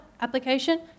application